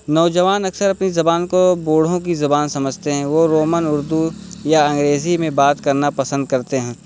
نوجوان اکثر اپنی زبان کو بوڑھوں کی زبان سمجھتے ہیں وہ رومن اردو یا انگریزی میں بات کرنا پسند کرتے ہیں